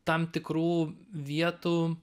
tam tikrų vietų